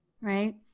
right